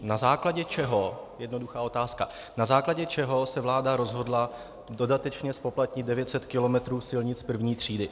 Na základě čeho jednoduchá otázka na základě čeho se vláda rozhodla dodatečně zpoplatnit 900 kilometrů silnic první třídy.